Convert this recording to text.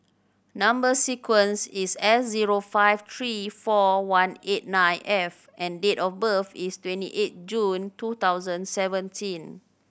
number sequence is S zero five three four one eight nine F and date of birth is twenty eight June two thousand seventeen